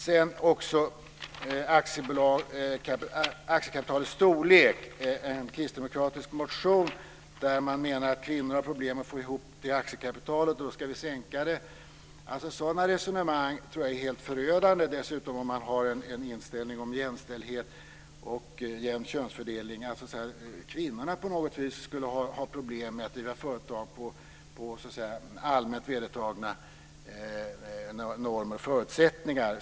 Sedan har vi en kristdemokratisk motion om aktiekapitalets storlek där man menar att kvinnor har problem att få ihop till aktiekapitalet och därför ska vi sänka det. Jag tror att sådana resonemang är helt förödande, speciellt om man dessutom har en inställning om jämställdhet och jämn könsfördelning och att kvinnor på något vis skulle ha problem med att driva företag på allmänt vedertagna normer och förutsättningar.